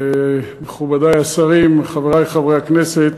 תודה, מכובדי השרים, חברי חברי הכנסת,